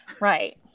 Right